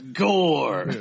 gore